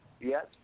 yes